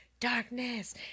Darkness